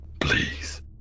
please